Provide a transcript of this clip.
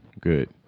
good